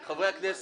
אחרים.